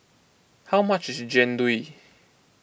how much is Jian Dui